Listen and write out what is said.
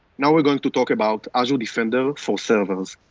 now, we're going to talk about azure defender for servers.